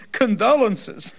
condolences